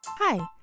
Hi